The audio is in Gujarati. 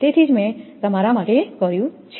તેથી જ મેં તે તમારા માટે કર્યું છે